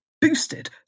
boosted